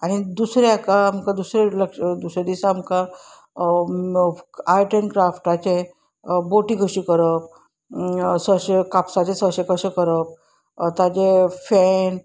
आनी दुसरे हाका आमकां दुसरे लक्ष दुसऱ्या दिसा आमकां आर्ट एंड क्राफ्टाचे बोटी कशी करप सोंशे कापसाचें सोंशें कशें करप ताचे फॅन